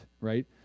right